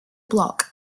block